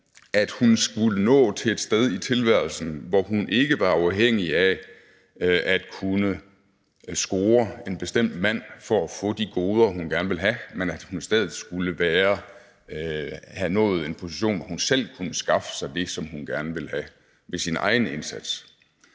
at hun skulle nå til et sted i tilværelsen, hvor hun ikke var afhængig af at kunne score en bestemt mand for at få de goder, hun gerne ville have, men at hun i stedet skulle have nået en position, hvor hun selv kunne skaffe sig det, som hun gerne ville have, ved sin egen indsats.